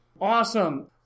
Awesome